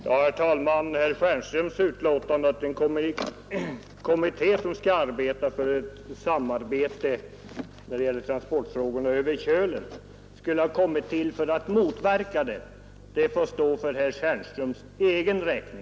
Herr talman! Herr Stjernströms yttrande, att den kommitté som skall verka för ett samarbete när det gäller transporterna över Kölen skulle kommit till för att motverka dessa transporter, får stå för herr Stjernströms egen räkning.